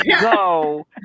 go